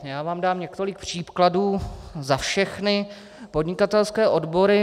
Já vám dám několik příkladů za všechny podnikatelské odbory.